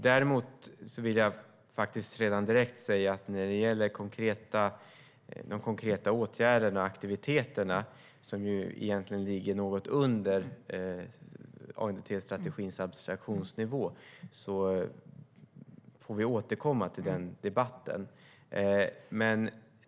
Däremot vill jag direkt säga att när det gäller de konkreta åtgärderna och aktiviteterna som egentligen ligger något under ANDT-strategins abstraktionsnivå får vi återkomma till debatten.